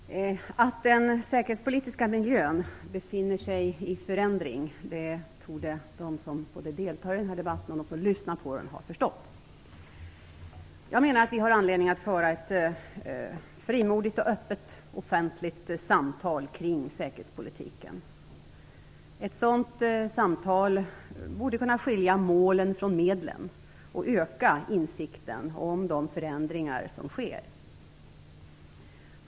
Fru talman! Att den säkerhetspolitiska miljön befinner sig i förändring torde både de som deltar i den här debatten och de som lyssnar på den ha förstått. Jag menar att vi har anledning att föra ett frimodigt och öppet offentligt samtal kring säkerhetspolitiken. Ett sådant samtal borde kunna skilja målen från medlen och öka insikten om de förändringar som sker.